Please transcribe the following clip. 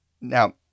Now